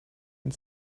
and